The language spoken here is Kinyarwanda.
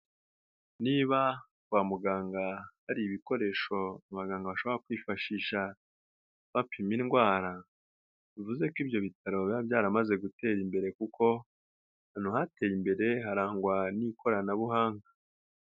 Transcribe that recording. Niba kwa muganga hari ibikoresho abaganga bashobora kwifashisha bapima indwara, bivuze ko ibyo bitaro biba byaramaze gutera imbere kuko ahantu hateye imbere harangwa n'ikoranabuhanga.